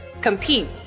compete